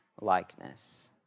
likeness